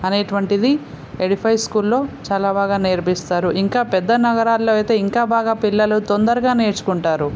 అనేటటువంటిది ఎడిఫై స్కూల్లో చాలా బాగా నేర్పిస్తారు ఇంకా పెద్ద నగరాలలో అయితే ఇంకా బాగా పిల్లలు తొందరగా నేర్చుకుంటారు